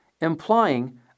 implying